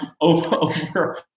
over